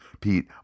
Pete